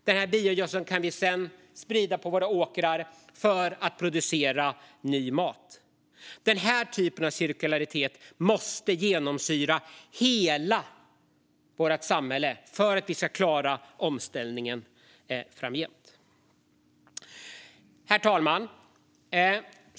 Denna biogödsel kan vi sedan sprida på våra åkrar för att producera ny mat. Denna typ av cirkularitet måste genomsyra hela vårt samhälle för att vi ska klara omställningen framgent. Herr talman!